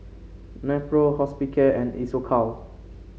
Nepro Hospicare and Isocal